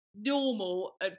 normal